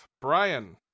Brian